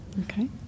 Okay